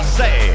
say